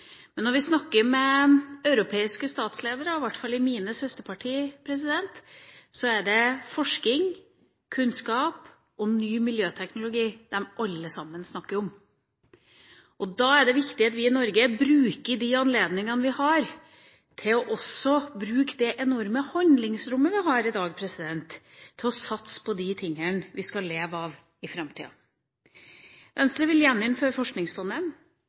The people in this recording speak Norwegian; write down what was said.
Men når vi snakker med europeiske statsledere, og i hvert fall mine søsterpartier, er det forskning, kunnskap og ny miljøteknologi de alle sammen snakker om. Da er det viktig at vi i Norge bruker de mulighetene vi har, bruker det enorme handlingsrommet vi har i dag, til å satse på de tingene vi skal leve av i framtida. Venstre vil gjeninnføre Forskningsfondet,